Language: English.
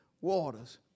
waters